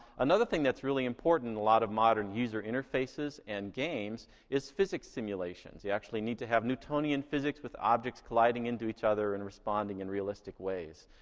another thing that's really important in a lot of modern user interfaces and games is physics simulations. you actually need to have newtonian physics with object colliding into each other and responding in realistic ways.